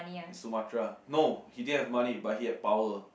the Sumatra no he didn't have money but he had power